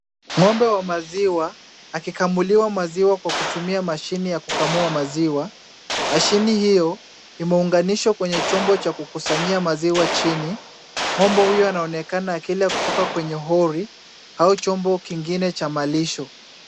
Ng'ombe wa maziwa, akikamuliwa maziwa kwa kutumia machine ya kukamua maziwa. Machine hiyo imeunganishwa kwenye chombo cha kukusanyika maziwa chini. Ng'ombe huyo anaonekana akila kutoka kwenye hori au chombo kingine cha malisho.